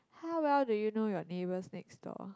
how well do you know your neighbour's next door